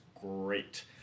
great